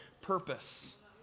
purpose